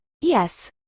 yes